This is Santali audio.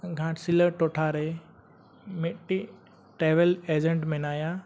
ᱜᱷᱟᱴᱥᱤᱞᱟᱹ ᱴᱚᱴᱷᱟ ᱨᱮ ᱢᱤᱫᱴᱮᱱ ᱴᱨᱟᱵᱷᱮᱞ ᱮᱡᱮᱱᱴ ᱢᱮᱱᱭᱟ